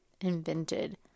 invented